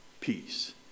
Peace